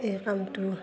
এই কামটো